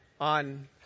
on